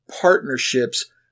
partnerships